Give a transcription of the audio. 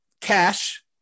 Cash